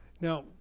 Now